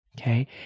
Okay